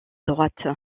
droite